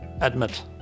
admit